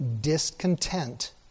discontent